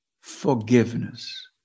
forgiveness